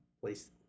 place